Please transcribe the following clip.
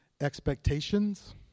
expectations